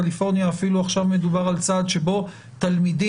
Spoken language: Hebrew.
בקליפורניה אפילו עכשיו מדובר על צעד שבו תלמידים